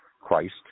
Christ